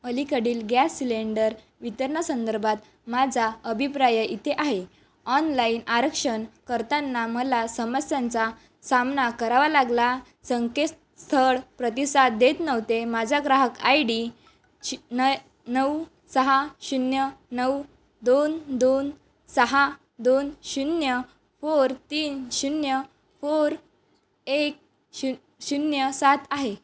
अलीकडील gas cylinder वितरणासंदर्भात माझा अभिप्राय इथे आहे ऑनलाईन आरक्षण करताना मला समस्यांचा सामना करावा लागला संकेतस्थळ प्रतिसाद देत नव्हते माझा ग्राहक आय डी शि नई नऊ सहा शून्य नऊ दोन दोन सहा दोन शून्य फोर तीन शून्य फोर एक शून शून्य सात आहे